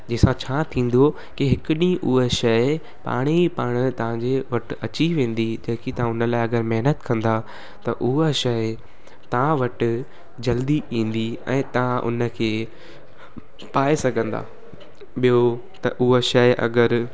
जंहिंसां छा थींदो की हिकु ॾींहुं उहे शइ पाण ई पाण तव्हांजे वटि अची वेंदी जेकी तव्हां हुन लाइ अगरि महिनतु कंदा त उअ शइ तव्हां वटि जल्दी ईंदी ऐं तव्हां उनखे पाए सघंदा ॿियो उअ शइ अगरि